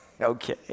Okay